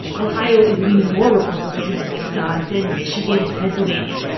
ohio is leaning more republican than wisconsin, michigan and pennsylvania.